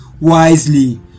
wisely